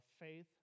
faith